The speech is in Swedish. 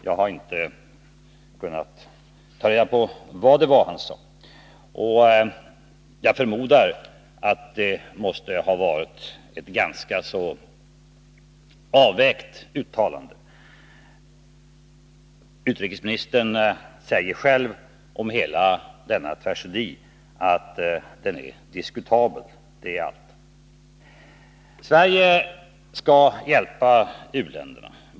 Jag har inte kunnat ta reda på vad han sade, men jag förmodar att det måste ha varit ett ganska ”avvägt” uttalande. Utrikesministern säger själv om hela denna tragedi, att den är diskutabel. Det är allt. Sverige skall hjälpa u-länderna.